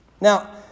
Now